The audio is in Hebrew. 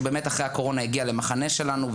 הוא באמת אחרי הקורונה הגיע למחנה שלנו,